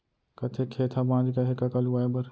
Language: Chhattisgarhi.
कतेक खेत ह बॉंच गय हे कका लुवाए बर?